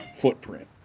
footprint